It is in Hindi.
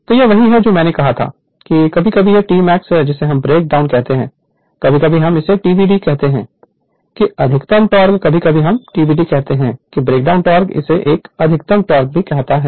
तो यह वही है जो मैंने कहा था कि कभी कभी यह Tmax जिसे हम ब्रेक डाउन कहते हैं कभी कभी हम इसे TBD कहते हैं कि अधिकतम टॉर्क कभी कभी हम TBD कहते हैं कि ब्रेकडाउन टॉर्क इसे एक अधिकतम टॉर्क कहता है